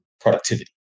productivity